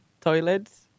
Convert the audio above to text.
toilets